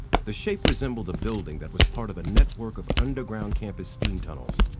the shape resembled a building that was part of a network of underground campus steam tunnels,